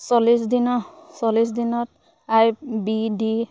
চল্লিছ দিনৰ চল্লিছ দিনত আই বি ডি